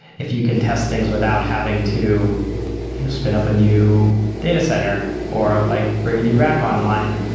if you can test things without having to spin up a new data center or like bring a new rack online,